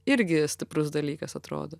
irgi stiprus dalykas atrodo